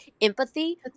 empathy